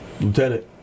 lieutenant